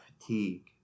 fatigue